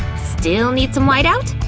still need some white-out?